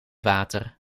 water